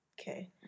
Okay